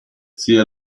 zia